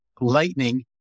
lightning